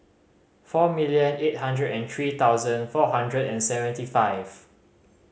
four million eight hundred and three thousand four hundred and seventy five